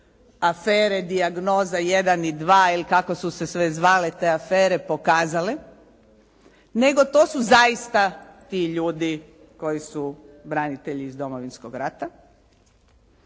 afere dijagnoza 1 i 2 ili kako su se sve zvale te afere, pokazale nego to su zaista ti ljudi koji su branitelji iz Domovinskog rata.